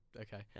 Okay